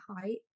height